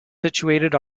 situated